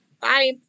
Bye